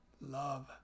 love